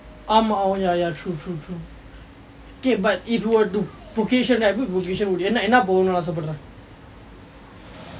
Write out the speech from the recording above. ஆமாம்:aamaam oh ya ya true true true eh but if you were to vocation என்ன என்ன போகனு ஆசை படுற:enna enna pokanu aasai padura